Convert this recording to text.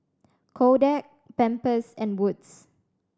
Kodak Pampers and Wood's